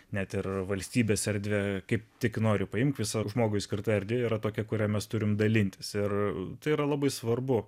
net ir valstybės erdvę kaip tik noriu paimti visą žmogui skirta erdvė yra tokia kurią mes turime dalintis ir tai yra labai svarbu